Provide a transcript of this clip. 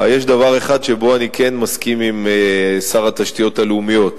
אבל יש דבר אחד שבו אני כן מסכים עם שר התשתיות הלאומיות,